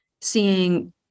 seeing